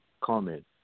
comment